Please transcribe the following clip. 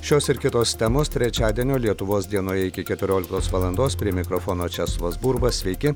šios ir kitos temos trečiadienio lietuvos dienoje iki keturioliktos valandos prie mikrofono česlovas burba sveiki